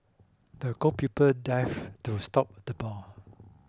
the goalkeeper dived to stop the ball